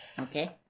Okay